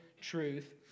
truth